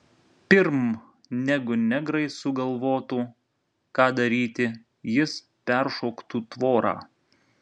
pirm negu negrai sugalvotų ką daryti jis peršoktų tvorą